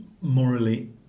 morally